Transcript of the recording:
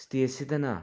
ꯁ꯭ꯇꯦꯖꯁꯤꯗꯅ